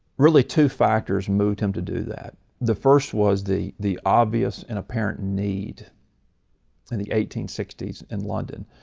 really two factors moved him to do that. the first was the the obvious and apparent need in the eighteen sixty s in london.